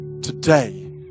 today